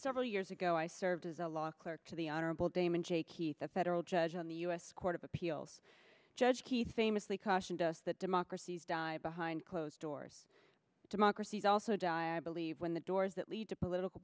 several years ago i served as a law clerk to the honorable damon j keith a federal judge in the u s court of appeals judge keith famously cautioned us that democracies die behind closed doors democracies also die i believe when the doors that lead to political